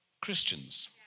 Christians